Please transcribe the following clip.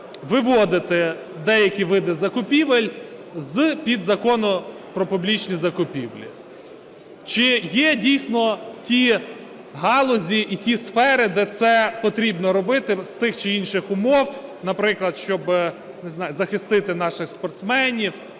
виводити деякі види закупівель з-під Закону "Про публічні закупівлі". Чи є, дійсно, ті галузі і ті сфери, де це потрібно робити з тих чи інших умов, наприклад, щоб захистити наших спортсменів,